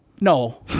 no